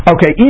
Okay